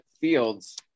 fields